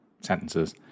sentences